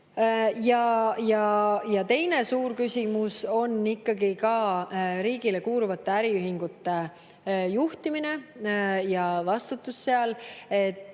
Ja teine suur küsimus on riigile kuuluvate äriühingute juhtimine ja vastutus seal.